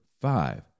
five